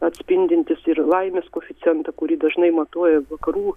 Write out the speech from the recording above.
atspindintis ir laimės koeficientą kurį dažnai matuoja vakarų